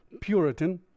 puritan